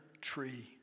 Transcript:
tree